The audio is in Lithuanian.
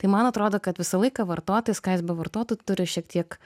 tai man atrodo kad visą laiką vartotojas ką jis bevartotų turi šiek tiek